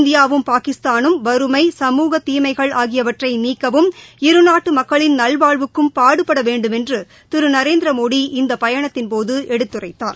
இந்தியாவும் பாகிஸ்தானும் வறுமை சமூக தீமைகள் ஆகியவற்றை நீக்கவும் இரு நாட்டு மக்களின் நல்வாழ்வுக்கும் பாடுபட வேண்டுமென்று திரு நரேந்திரமோடி இந்த பயணத்தின்போது எடுத்துரைத்தார்